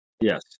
Yes